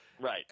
Right